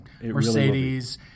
Mercedes